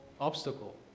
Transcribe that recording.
obstacle